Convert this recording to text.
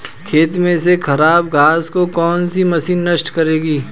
खेत में से खराब घास को कौन सी मशीन नष्ट करेगी?